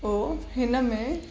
उहो हिनमें